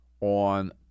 On